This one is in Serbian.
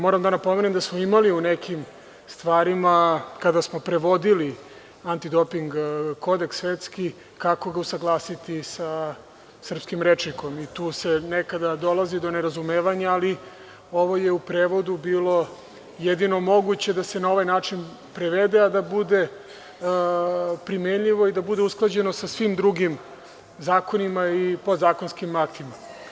Moram da napomenem da smo imali u nekim stvarima kada smo prevodili Antidoping kodeks svetski kako ga usaglasiti sa srpskim rečnikom i tu dolazi do nerazumevanja, ali ovo je u prevodu bilo jedino moguće da se na ovaj način prevede a da bude primenjivo i da bude usklađeno sa svim drugim zakonima i podzakonskim aktima.